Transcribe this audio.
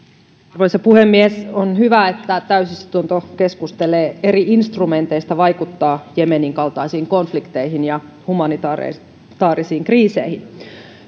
arvoisa puhemies on hyvä että täysistunto keskustelee eri instrumenteista vaikuttaa jemenin kaltaisiin konflikteihin ja humanitaarisiin kriiseihin